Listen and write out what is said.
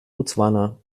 botswana